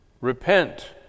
Repent